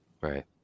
Right